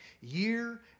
Year